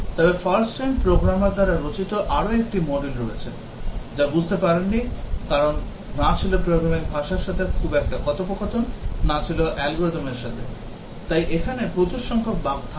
তবে first time programmer দ্বারা রচিত আরও একটি মডিউল রয়েছে যা বুঝতে পারেননি কারণ না ছিল প্রোগ্রামিং ভাষার সাথে খুব একটা কথোপকথন না ছিল algorithm এর সাথে তাই এখানে প্রচুর সংখ্যক বাগ থাকবে